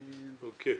אוקיי.